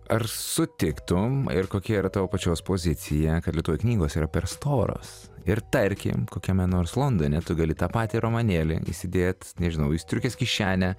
ar sutiktum ir kokia yra tavo pačios pozicija kad lietuvių knygos yra per storos ir tarkim kokiame nors londone tu gali tą patį romanėlį įsidėt nežinau į striukės kišenę